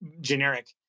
generic